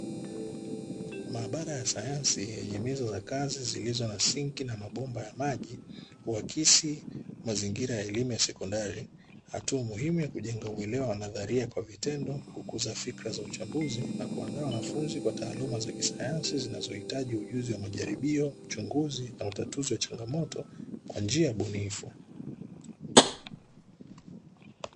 Maabara ya sayansi yenye meza za kazi zilizo na sinki na mabomba ya maji, huakisi mazingira ya elimu ya sekondari. Hatua muhimu ya kujenga uelewa wa nadharia kwa vitendo, kukuza fikra za uchambuzi, na kuandaa wanafunzi kwa taaluma za kisayansi zinazohitaji ujuzi wa majaribio, uchunguzi na utatuzi wa changamoto kwa njia bunifu.